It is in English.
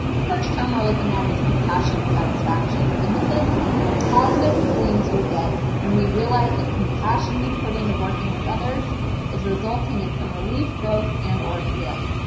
the first term we're looking at is compassion satisfaction, and this is the positive feelings we get and we realize that like compassion we put into working with others is resulting in some relief, growth and or healing.